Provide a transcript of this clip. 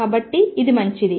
కాబట్టి ఇది మంచిది